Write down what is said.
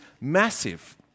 massive